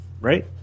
Right